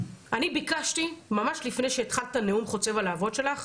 אני ביקשתי ממש לפני שהתחלת את הנאום חוצב הלהבות שלך,